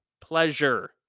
pleasure